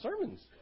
sermons